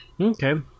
Okay